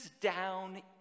down